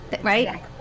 right